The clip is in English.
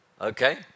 Okay